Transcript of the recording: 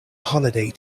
holiday